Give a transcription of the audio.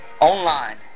online